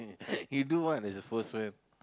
you do what there's a first